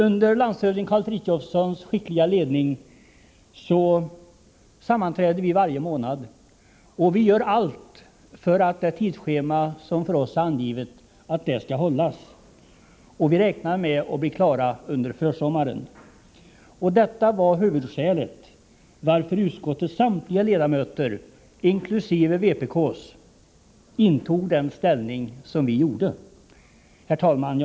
Under landshövding Karl Frithiofsons skickliga ledning sammanträder vi varje månad, och vi gör allt för att det tidsschema som för oss är angivet skall hållas. Vi räknar med att bli klara under försommaren. Detta var huvudskälet till att utskottets samtliga ledamöter, inkl. vpk:s, tog ställning på det sätt som vi gjorde. Herr talman!